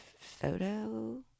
photo